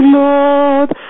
lord